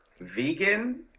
vegan